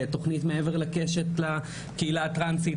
תוכנית מעבר לקשת לקהילה הטרנסית.